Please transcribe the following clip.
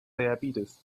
diabetes